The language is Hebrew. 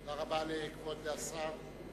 תודה רבה לכבוד השר.